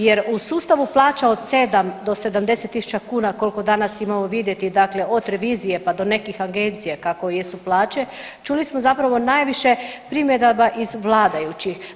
Jer u sustavu plaća od 7 do 70000 kuna koliko danas imamo vidjeti, dakle od revizije pa do nekih agencija kako jesu plaće čuli smo zapravo najviše primjedaba iz vladajućih.